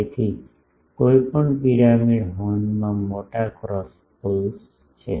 તેથી કોઈપણ પિરામિડ હોર્નમાં મોટા ક્રોસ પોલ્સ છે